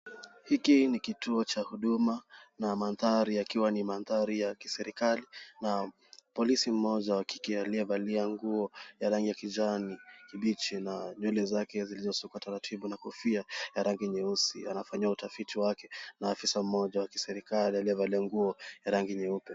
Hiki ni kituo cha huduma na mandhari yakiwa ni mandhari ya kiserikali na polisi mmoja wa kike aliyevalia nguo ya rangi ya kijani kibichi na nywele zake zilizosukwa taratibu na kofia ya rangi nyeusi. Anafanya utafiti wake na afisa mmoja wa kiserikali aliyevalia nguo ya rangi nyeupe.